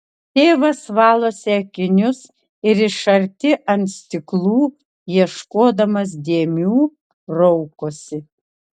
tėvas valosi akinius ir iš arti ant stiklų ieškodamas dėmių raukosi